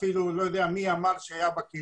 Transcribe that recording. לכן לא בא לי להתבולל כי יש לי זהות יהודית.